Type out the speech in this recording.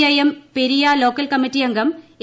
I M Periya local കമ്മിറ്റിയംഗം A